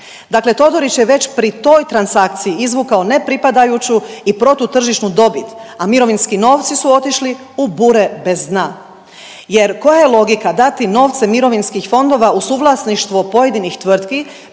Dakle Todorić je već pri toj transakciji izvukao nepripadajuću i protutržišnu dobit, a mirovinski novci su otišli u bure bez dna jer, koja je logika dati novce mirovinskih fondova u suvlasništvo pojedinih tvrtki